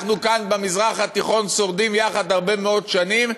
אנחנו כאן במזרח התיכון שורדים יחד הרבה מאוד שנים,